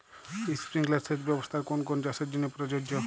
Sprinkler সেচ ব্যবস্থার কোন কোন চাষের জন্য প্রযোজ্য?